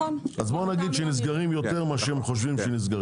נסגרים יותר ממה שחושבים.